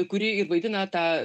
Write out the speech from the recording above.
kuri ir vaidina tą